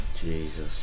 Jesus